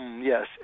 yes